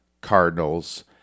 Cardinals